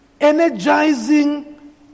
energizing